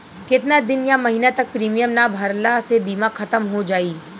केतना दिन या महीना तक प्रीमियम ना भरला से बीमा ख़तम हो जायी?